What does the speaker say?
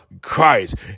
Christ